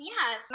Yes